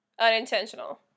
unintentional